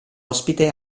ospite